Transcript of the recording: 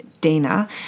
Dana